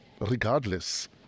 Regardless